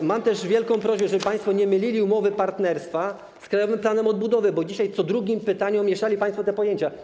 Proszę państwa, mam też wielką prośbę, żeby państwo nie mylili umowy partnerstwa z Krajowym Planem Odbudowy, bo dzisiaj w co drugim pytaniu mieszali państwo te pojęcia.